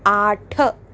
आठ